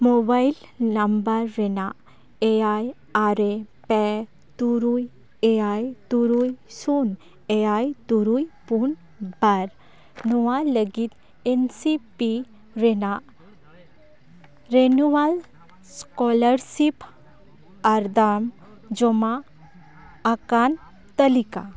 mobile number ᱨᱮᱱᱟᱜ ᱮᱭᱟᱭ ᱟᱨᱮ ᱯᱮ ᱛᱩᱨᱩᱭ ᱮᱭᱟᱭ ᱛᱩᱨᱩᱭ ᱥᱩᱱ ᱮᱭᱟᱭ ᱛᱩᱨᱩᱭ ᱯᱩᱱ ᱵᱟᱨ ᱱᱚᱣᱟ ᱞᱟᱹᱜᱤᱫ ᱮᱱ ᱮᱥ ᱯᱤ ᱨᱮᱱᱟᱜ ᱨᱮᱱᱩᱣᱟᱞ ᱥᱠᱚᱞᱟᱨᱥᱤᱯ ᱟᱨᱫᱟᱥ ᱡᱚᱢᱟ ᱟᱠᱟᱱ ᱛᱟᱞᱤᱠᱟ